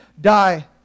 die